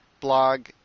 blog